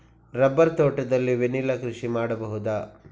Rubber ತೋಟದಲ್ಲಿ vanilla ಕೃಷಿ ಮಾಡಬಹುದಾ?